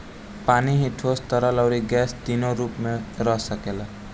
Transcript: पानी ही ठोस, तरल, अउरी गैस तीनो रूप में रह सकेला